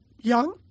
young